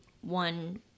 one